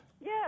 Yes